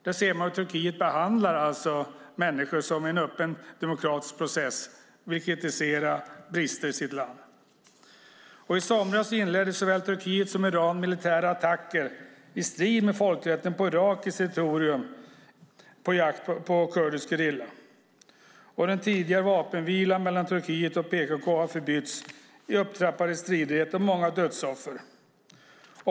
Där ser man hur Turkiet behandlar människor som i en öppen demokratisk process vill kritisera brister i sitt land! I somras inledde såväl Turkiet som Iran militära attacker i strid med folkrätten på irakiskt territorium i jakt på kurdisk gerilla. Den tidigare vapenvilan mellan Turkiet och PKK har förbytts i upptrappade stridigheter och många dödsoffer.